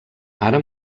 ara